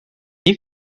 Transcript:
you